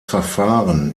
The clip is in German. verfahren